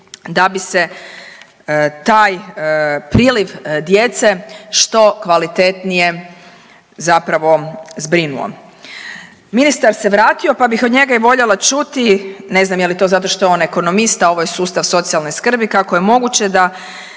da bi se taj priliv djece što kvalitetnije zapravo zbrinuo? Ministar se vratio, pa bih od njega i voljela čuti, ne znam je li to zato što je on ekonomista, ovo je sustav socijalne skrbi, kako je moguće da